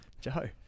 Joe